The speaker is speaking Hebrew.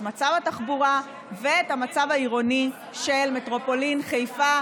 את מצב התחבורה ואת המצב העירוני של מטרופולין חיפה,